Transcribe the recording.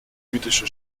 jüdische